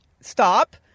stop